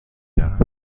دارم